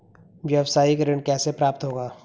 व्यावसायिक ऋण कैसे प्राप्त होगा?